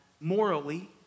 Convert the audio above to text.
morally